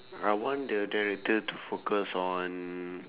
I want the director to focus on